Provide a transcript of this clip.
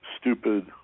stupid